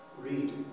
Read